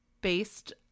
based